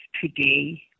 today